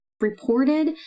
reported